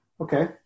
Okay